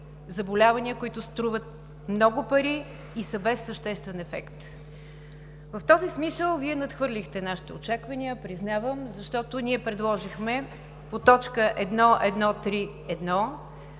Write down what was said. заболявания, които струват много пари и са без съществен ефект. В този смисъл Вие надхвърлихте нашите очаквания, признавам, защото ние предложихме по т. 1.1.3.1.